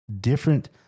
different